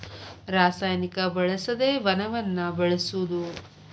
ರಸಾಯನಿಕ ಬಳಸದೆ ವನವನ್ನ ಬೆಳಸುದು